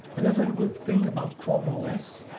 another good thing about chrome os,